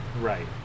right